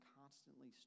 constantly